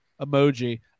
emoji